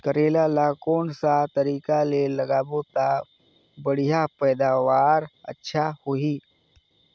करेला ला कोन सा तरीका ले लगाबो ता बढ़िया पैदावार अच्छा होही?